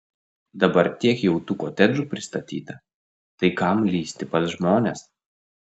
dabar tiek jau tų kotedžų pristatyta tai kam lįsti pas žmones